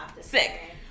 sick